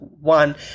one